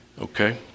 Okay